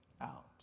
out